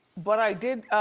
but i did